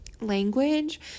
language